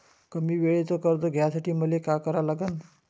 कमी वेळेचं कर्ज घ्यासाठी मले का करा लागन?